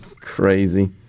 Crazy